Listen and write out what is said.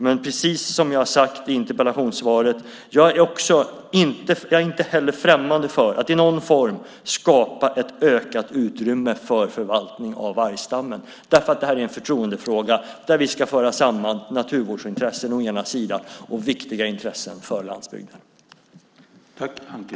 Men precis som jag har sagt i interpellationssvaret är jag inte heller främmande för att i någon form skapa ett ökat utrymme för förvaltning av vargstammen, därför att det här är en förtroendefråga där vi ska föra samman naturvårdsintressen å ena sidan och viktiga intressen för landsbygden å den andra.